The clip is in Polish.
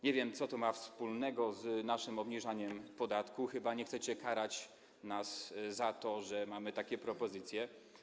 Nie wiem, co to ma wspólnego z naszym obniżaniem podatku, chyba nie chcecie karać nas za to, że mamy takie propozycje.